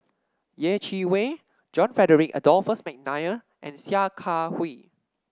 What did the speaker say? Yeh Chi Wei John Frederick Adolphus McNair and Sia Kah Hui